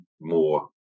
more